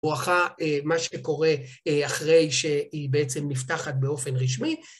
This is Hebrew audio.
ובואכה מה שקורה אחרי שהיא בעצם נפתחת באופן רשמי.